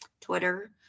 Twitter